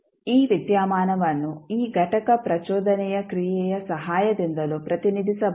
ಈ ವಿದ್ಯಮಾನವನ್ನು ಈ ಘಟಕ ಪ್ರಚೋದನೆಯ ಕ್ರಿಯೆಯ ಸಹಾಯದಿಂದಲೂ ಪ್ರತಿನಿಧಿಸಬಹುದು